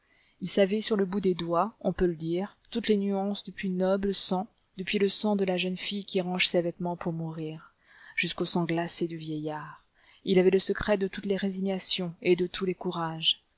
il savait sur le bout du doigt on peut le dire toutes les nuances du plus noble sang depuis le sang de la jeune fille qui range ses vêtements pour mourir jusqu'au sang glacé du vieillard il avait le secret de toutes les résignations et de tous les courages